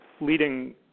leading